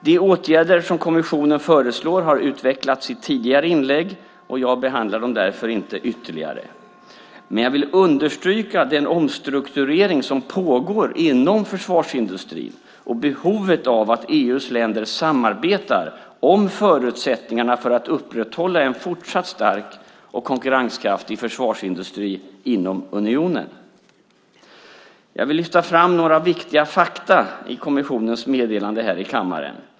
De åtgärder som kommissionen föreslår har utvecklats i tidigare inlägg, och jag behandlar dem därför inte ytterligare, men jag vill understryka den omstrukturering som pågår inom försvarsindustrin och behovet av att EU:s länder samarbetar om förutsättningarna för att upprätthålla en fortsatt stark och konkurrenskraftig försvarsindustri inom unionen. Jag vill lyfta fram några viktiga fakta i kommissionens meddelande här i kammaren.